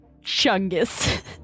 Chungus